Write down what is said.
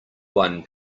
one